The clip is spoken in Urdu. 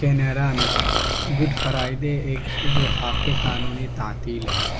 کینیرا میں گڈ فرائیڈے ایک وفاقی قانونی تعطیل ہے